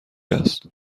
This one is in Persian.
است